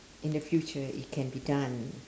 in the future it can be done